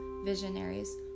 visionaries